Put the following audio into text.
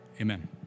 amen